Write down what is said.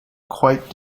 quite